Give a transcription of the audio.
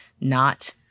not-